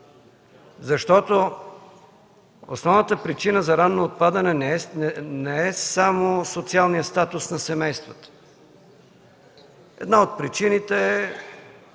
Основната причина за ранно отпадане не е само социалният статус на семействата. Една от причините е,